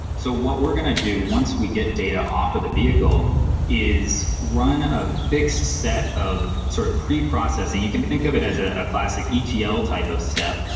so what we're going to do once we get data off of the vehicle is run a fixed set of sort of preprocessing. you can think of it as a ah classic etl type of step,